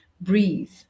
breathe